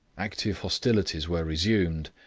active hostilities were resumed,